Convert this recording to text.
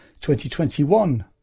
2021